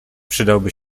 przydałby